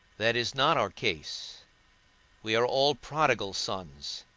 that is not our case we are all prodigal sons,